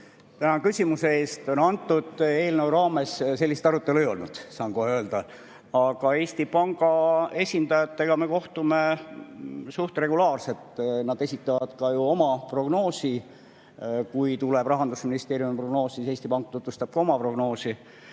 Tänan küsimuse eest! Selle eelnõu raames sellist arutelu ei olnud, saan kohe öelda. Aga Eesti Panga esindajatega me kohtume suhteliselt regulaarselt. Nad esitavad ju ka oma prognoosi. Kui tuleb Rahandusministeeriumi prognoos, siis Eesti Pank tutvustab ka oma prognoosi.